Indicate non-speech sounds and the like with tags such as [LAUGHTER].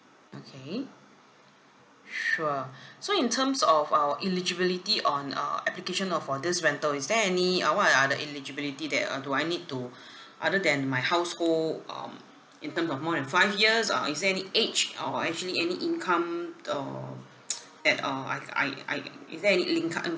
okay sure so in terms of uh eligibility on uh application uh for this rental is there any uh what are the uh eligibility that uh do I need to other than my household um in terms of more than five years or is there any age or actually any income err [NOISE] that uh I I I is there any li~ income